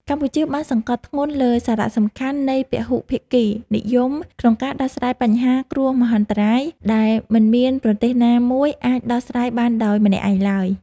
កម្ពុជាបានសង្កត់ធ្ងន់លើសារៈសំខាន់នៃពហុភាគីនិយមក្នុងការដោះស្រាយបញ្ហាគ្រោះមហន្តរាយ ដែលមិនមានប្រទេសណាមួយអាចដោះស្រាយបានដោយម្នាក់ឯងឡើយ។